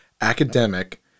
academic